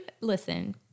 listen